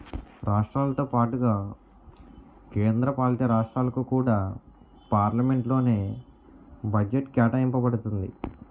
రాష్ట్రాలతో పాటుగా కేంద్ర పాలితరాష్ట్రాలకు కూడా పార్లమెంట్ లోనే బడ్జెట్ కేటాయింప బడుతుంది